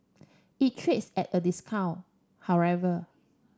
it trades at a discount however